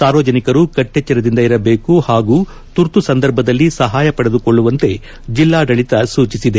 ಸಾರ್ವಜನಿಕರು ಕಟ್ಟೆಚ್ಚರದಿಂದ ಇರಬೇಕು ಹಾಗೂ ತುರ್ತು ಸಂದರ್ಭದಲ್ಲಿ ಸಹಾಯ ಪಡೆದುಕೊಳ್ಳುವಂತೆ ಜಿಲ್ಲಾಡಳಿತ ಸೂಚಿಸಿದೆ